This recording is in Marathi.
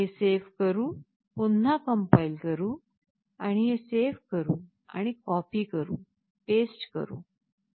हे सेव्ह करू पुन्हा कम्पाइल करू आणि हे सेव्ह करू आणि कॉपी करू पेस्ट करू